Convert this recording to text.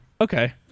Okay